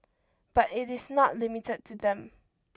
but it is not limited to them